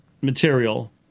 material